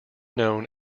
known